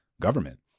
government